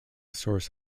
source